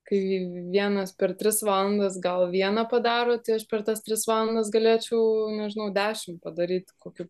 kai vienas per tris valandas gal vieną padaro tai aš per tas tris valandas galėčiau nežinau dešimt padaryt kokių